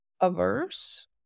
averse